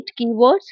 keywords